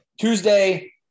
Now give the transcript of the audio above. Tuesday